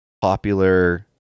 popular